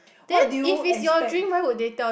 what do you expect